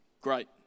great